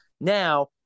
now